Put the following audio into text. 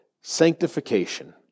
sanctification